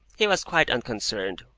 he was quite unconcerned,